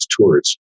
tours